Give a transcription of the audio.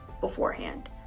beforehand